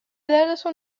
دردتون